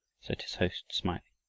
said his host, smiling,